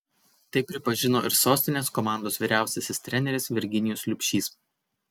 tai pripažino ir sostinės komandos vyriausiasis treneris virginijus liubšys